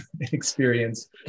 experience